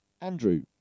Andrew